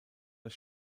das